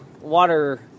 water